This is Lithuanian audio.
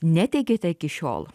neteikėte iki šiol